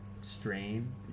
strain